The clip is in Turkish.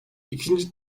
ikinci